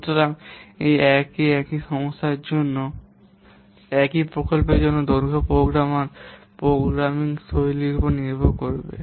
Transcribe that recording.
সুতরাং একই সমস্যাটির জন্য একই প্রকল্পের জন্য দৈর্ঘ্য প্রোগ্রামার প্রোগ্রামিং শৈলীর উপর নির্ভর করবে